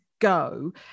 go